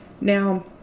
now